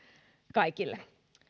kaikille